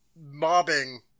mobbing-